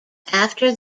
after